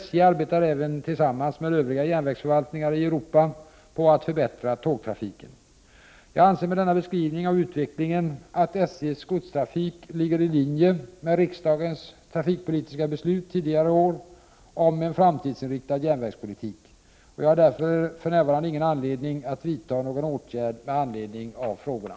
SJ arbetar även tillsammans med övriga järnvägsförvaltningar i Europa på att förbättra tågtrafiken. Jag anser med denna beskrivning att utvecklingen av SJ:s godstrafik ligger i linje med riksdagens trafikpolitiska beslut tidigare i år om en framtidsinriktad järnvägspolitik. Jag har därför för närvarande ingen anledning att vidta någon åtgärd med anledning av frågorna.